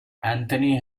anthony